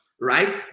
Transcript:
right